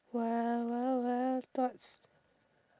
wild wild wild thoughts